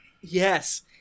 yes